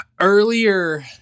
earlier